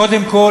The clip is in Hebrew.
קודם כול,